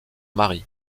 mari